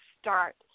start